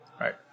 Right